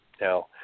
Now